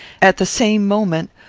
at the same moment,